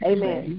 Amen